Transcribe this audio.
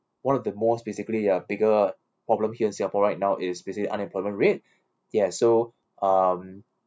one of the most basically ya bigger problem here in singapore right now is basically unemployment rate ya so um